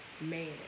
man